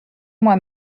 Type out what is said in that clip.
moi